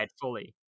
fully